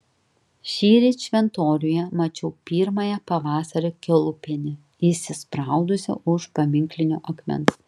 šįryt šventoriuje mačiau pirmąją pavasario kiaulpienę įsispraudusią už paminklinio akmens